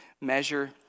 measure